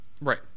right